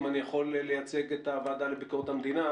אם אני יכול לייצג את הוועדה לביקורת המדינה,